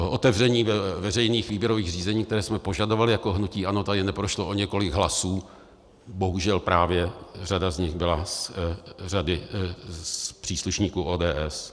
Otevření veřejných výběrových řízení, které jsme požadovali jako hnutí ANO, tady neprošlo o několik hlasů, bohužel právě řada z nich byla z řady příslušníků ODS.